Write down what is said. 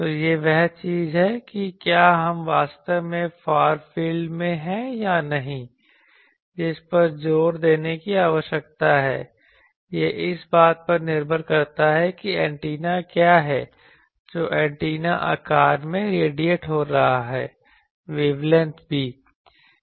तो यह वह चीज है कि क्या हम वास्तव में फार फील्ड में हैं या नहीं जिस पर जोर देने की आवश्यकता है यह इस बात पर निर्भर करता है कि एंटीना क्या है जो एंटीना आकार में रेडिएट हो रहा है वेवलेंथ भी